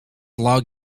log